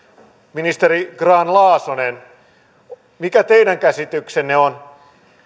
ministeri grahn laasonen mikä teidän käsityksenne on